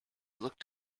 looked